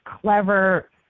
clever